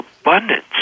abundance